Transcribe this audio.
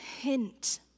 hint